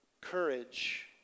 Courage